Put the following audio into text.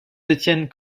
détiennent